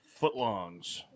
footlongs